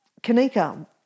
Kanika